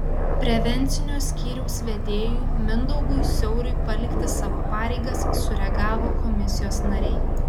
prevencinio skyriaus vedėjui mindaugui siauriui palikti savo pareigas sureagavo komisijos nariai